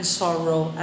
sorrow